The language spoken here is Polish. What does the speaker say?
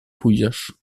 pójdziesz